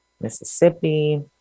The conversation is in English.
Mississippi